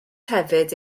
hefyd